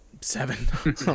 seven